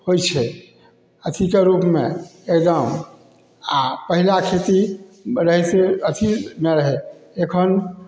होइ छै अथीके रूपमे एगदम आओर पहिला खेती रहै तऽ अथीमे रहै एखन